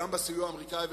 גם בסיוע האמריקני,